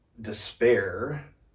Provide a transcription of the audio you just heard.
despair